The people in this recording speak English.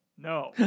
No